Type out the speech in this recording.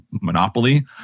monopoly